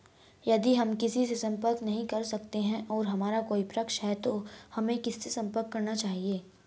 यदि हम किसी से संपर्क नहीं कर सकते हैं और हमारा कोई प्रश्न है तो हमें किससे संपर्क करना चाहिए?